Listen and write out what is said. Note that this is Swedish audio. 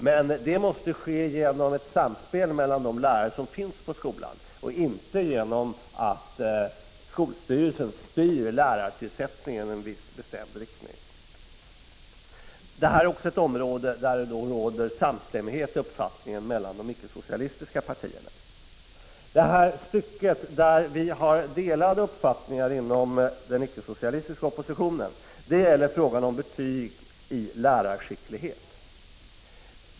Men det måste ske genom ett samspel mellan de lärare som finns på skolan, och inte genom att skolstyrelsen styr lärartillsättningen i en viss bestämd riktning. Detta är också ett område där det råder samstämmighet i uppfattningarna mellan de icke-socialistiska partierna. Det stycke där det råder delade uppfattningar inom den icke-socialistiska oppositionen gäller frågan om betyg i lärarskicklighet.